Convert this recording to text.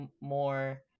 more